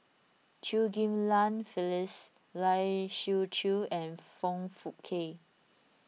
Chew Ghim Lian Phyllis Lai Siu Chiu and Foong Fook Kay